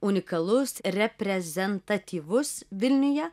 unikalus reprezentatyvus vilniuje